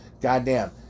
Goddamn